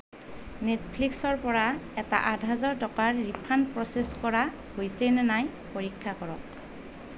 নেটফ্লিক্সৰ পৰা এটা আঠ হাজাৰ টকাৰ ৰিফাণ্ড প্ৰচেছ কৰা হৈছে নাই পৰীক্ষা কৰক